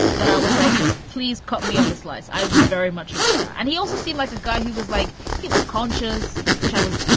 then i was like, please cut me off a slice. i would very much like that. and he also seemed like a guy who was like he was conscious, which i was,